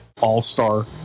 all-star